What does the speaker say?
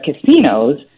casinos